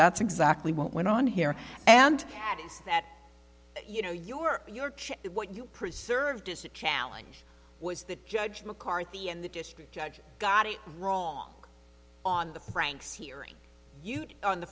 that's exactly what went on here and that is that you know you were your church what you preserved as a challenge was that judge mccarthy and the district judge got it wrong on the franks hearing you on the